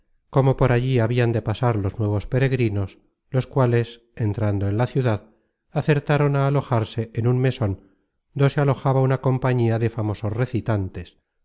cómo por allí habian de pasar los nuevos peregrinos los cuales entrando en la ciudad acertaron á alojarse en un meson do se alojaba una compañía de famosos recitantes